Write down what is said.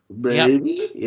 Baby